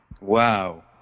Wow